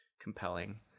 compelling